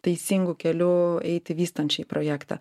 teisingu keliu eiti vystant šį projektą